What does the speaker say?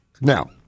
Now